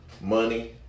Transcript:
money